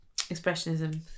Expressionism